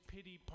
Pity